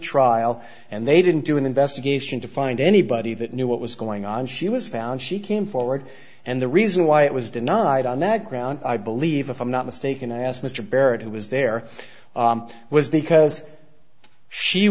trial and they didn't do an investigation to find anybody that knew what was going on she was found she came forward and the reason why it was denied on that ground i believe if i'm not mistaken as mr barrett was there was because she